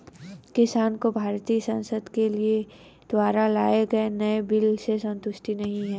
किसानों को भारतीय संसद के द्वारा लाए गए नए बिल से संतुष्टि नहीं है